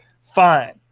fine